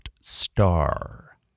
star